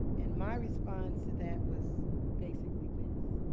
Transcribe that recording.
and my response to that was basically this.